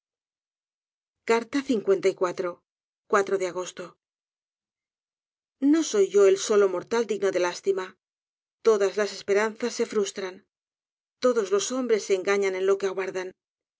querido de agosto no soy yo el solo mortal digno de lástima todas las esperanzas se frustran todos los hombres se engañan en lo que aguardan